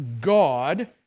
God